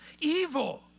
evil